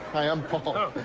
i'm paul. oh.